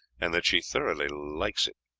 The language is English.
and that she thoroughly likes it.